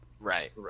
Right